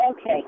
okay